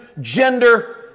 gender